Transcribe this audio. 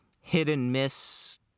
hit-and-miss